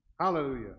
Hallelujah